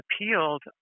appealed